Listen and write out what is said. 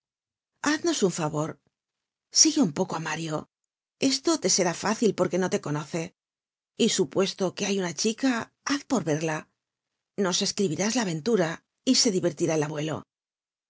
haznos un favor sigue un poco á mario esto te será fácil porque no te conoce y supuesto que hay una chica haz por verla nos escribirás la aventura y se divertirá el abuelo